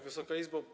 Wysoka Izbo!